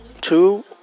Two